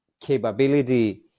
capability